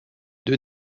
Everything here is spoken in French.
deux